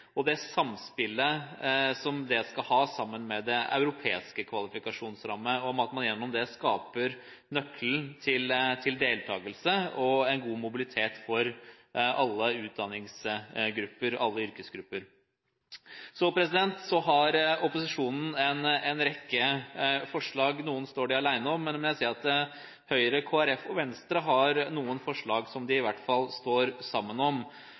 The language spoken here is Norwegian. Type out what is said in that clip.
på det samspillet som det skal ha sammen med det europeiske kvalifikasjonsrammeverket, at dette er nøkkelen til deltakelse og en god mobilitet for alle utdanningsgrupper og alle yrkesgrupper. Så har opposisjonen en rekke forslag – noen står de alene om – men Høyre, Kristelig Folkeparti og Venstre har i hvert fall noen forslag som de står sammen om.